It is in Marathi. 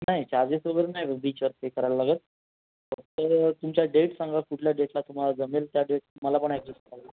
नाही चार्जेस वगैरे नाही बीच वरती करायला लागत फक्त तुमच्या डेट सांगा कुठल्या डेटला तुम्हाला जमेल त्या डेट मला पण ॲडजस्ट करायला